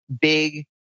Big